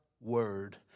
Word